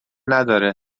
نداره